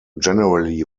generally